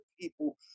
people